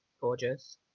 gorgeous